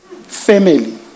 Family